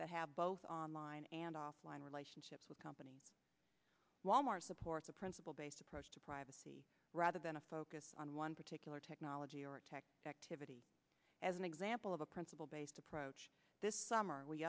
that have both online and offline relationships with company wal mart supports a principle based approach to privacy rather than a focus on one particular technology or tech activity as an example of a principle based approach this summer we